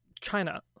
China